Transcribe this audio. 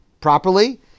properly